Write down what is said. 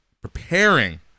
preparing